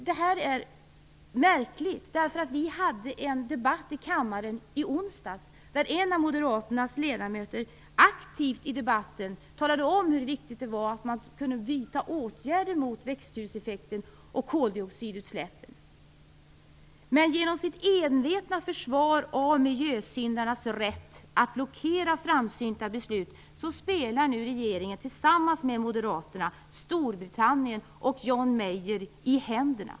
Detta är märkligt, eftersom vi hade en debatt i kammaren i onsdags då en av moderaternas ledamöter aktivt i debatten talade om hur viktigt det var att man skulle kunna vidta åtgärder mot växthuseffekten och koldioxidutsläppen. Men genom sitt envetna försvar av miljösyndarnas rätt att blockera framsynta beslut spelar regeringen nu tillsammans med Moderaterna Storbritannien och John Major i händerna.